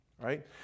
right